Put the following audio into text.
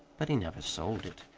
but he never sold it.